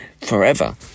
forever